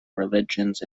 religions